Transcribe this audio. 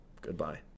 Goodbye